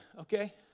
okay